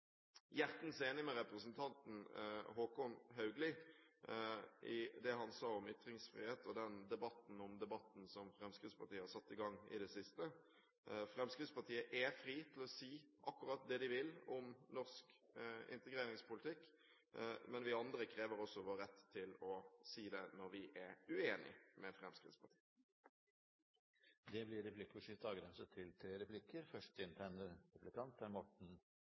hjertens enig med representanten Håkon Haugli i det han sa om ytringsfrihet og debatten om den debatten som Fremskrittspartiet har satt i gang i det siste. Fremskrittspartiet er fri til å si akkurat det de vil om norsk integreringspolitikk, men vi andre krever også vår rett til å si fra når vi er uenig med Fremskrittspartiet. Det blir